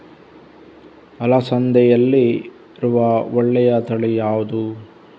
ಅಲಸಂದೆಯಲ್ಲಿರುವ ಒಳ್ಳೆಯ ತಳಿ ಯಾವ್ದು?